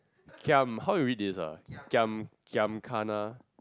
giam how we read this ah giam gana